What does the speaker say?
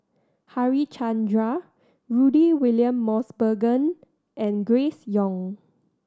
Harichandra Rudy William Mosbergen and Grace Young